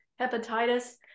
hepatitis